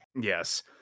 Yes